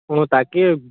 অঁ তাকেই